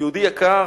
יהודי יקר,